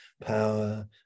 power